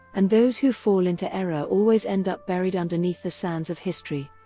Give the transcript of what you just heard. and those who fall into error always end up buried underneath the sands of history.